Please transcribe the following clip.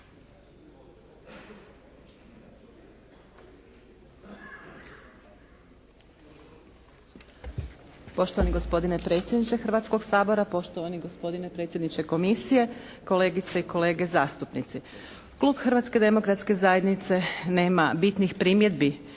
Poštovani gospodine predsjedniče Hrvatskoga sabora, poštovani gospodine predsjedniče komisije, kolegice i kolege zastupnici. Klub Hrvatske demokratske zajednice nema bitnih primjedbi